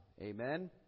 Amen